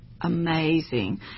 amazing